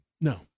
No